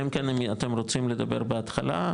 אלא אם כן אתם רוצים לדבר בהתחלה?